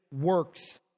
works